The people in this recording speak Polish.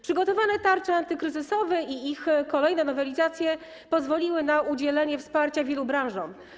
Przygotowane tarcze antykryzysowe i ich kolejne nowelizacje pozwoliły na udzielenie wsparcia wielu branżom.